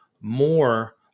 more